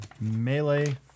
Melee